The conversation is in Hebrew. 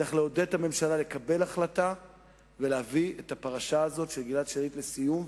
צריך לעודד את הממשלה לקבל החלטה ולהביא את הפרשה של גלעד שליט לסיום,